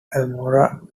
elmore